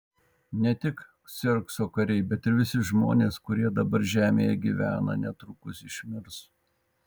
ne tik kserkso kariai bet ir visi žmonės kurie dabar žemėje gyvena netrukus išmirs